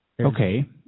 Okay